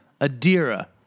Adira